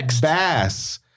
Bass